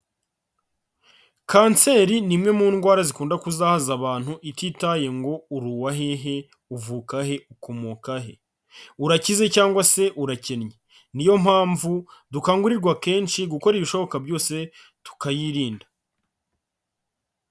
Kanseri ni imwe mu ndwara zikunda kuzahaza abantu ititaye ngo uri uwa hehe, uvuka he, ukomoka he, urakize cyangwa se urakennye, niyo mpamvu dukangurirwa kenshi gukora ibishoboka byose tukayirinda.